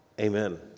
Amen